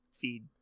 feed